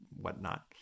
whatnot